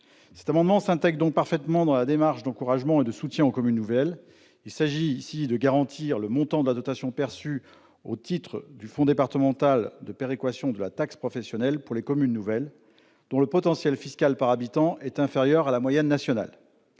Cet amendement s'intègre donc parfaitement dans la démarche d'encouragement et de soutien aux communes nouvelles. Il s'agit de garantir le montant de la dotation perçue au titre du fonds départemental de péréquation de la taxe professionnelle pour les communes nouvelles dont le potentiel fiscal par habitant est inférieur à la moyenne nationale.